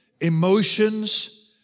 emotions